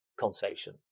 conservation